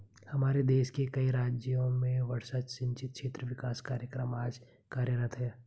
हमारे देश के कई राज्यों में वर्षा सिंचित क्षेत्र विकास कार्यक्रम आज कार्यरत है